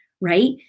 right